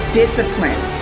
discipline